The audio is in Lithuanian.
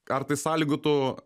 ar tai sąlygotų